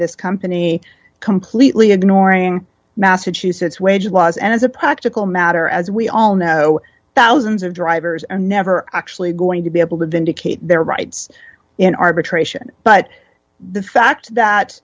this company completely ignoring massachusetts wage laws and as a practical matter as we all know thousands of drivers are never actually going to be able to vindicate their rights in arbitration but the fact that